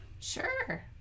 Sure